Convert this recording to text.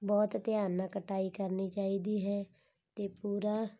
ਬਹੁਤ ਧਿਆਨ ਨਾਲ ਕਟਾਈ ਕਰਨੀ ਚਾਹੀਦੀ ਹੈ ਅਤੇ ਪੂਰਾ